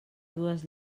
dues